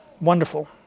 Wonderful